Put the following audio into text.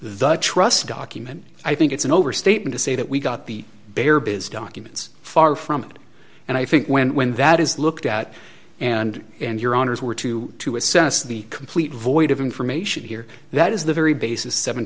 the trust document i think it's an overstatement to say that we got the bare biz documents far from it and i think when when that is looked at and and your honour's were to to assess the complete void of information here that is the very basis seven